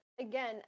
Again